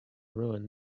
ruin